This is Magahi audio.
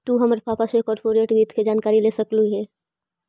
तु हमर पापा से कॉर्पोरेट वित्त के जानकारी ले सकलहुं हे